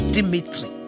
Dimitri